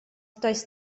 does